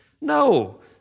No